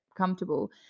comfortable